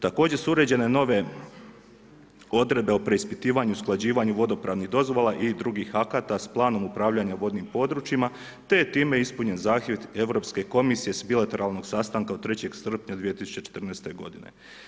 Također su uređene nove odredbe o preispitivanju, usklađivanju vodopravnih dozvola i drugih akata s planom upravljanja vodnim područjima te je time ispunjen zahtjev Europske komisije s bilateralnog sastanka od 3. srpnja 2014. godine.